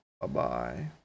Bye-bye